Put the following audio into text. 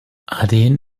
aden